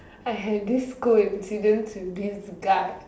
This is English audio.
I have this coincidence with this guy